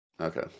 Okay